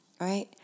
right